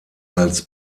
als